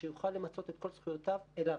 שיוכל למצות את כל זכויותיו אליו.